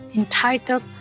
entitled